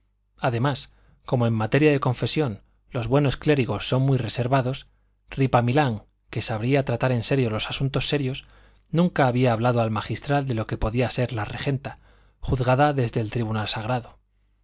además como en materia de confesión los buenos clérigos son muy reservados ripamilán que sabía tratar en serio los asuntos serios nunca había hablado al magistral de lo que podía ser la regenta juzgada desde el tribunal sagrado